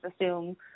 assume